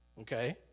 okay